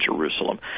Jerusalem